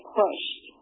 pushed